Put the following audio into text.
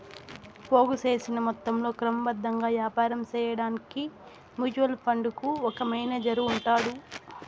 పోగు సేసిన మొత్తంలో క్రమబద్ధంగా యాపారం సేయడాన్కి మ్యూచువల్ ఫండుకు ఒక మేనేజరు ఉంటాడు